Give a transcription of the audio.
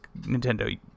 Nintendo